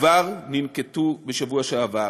כבר ננקטו בשבוע שעבר.